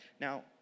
Now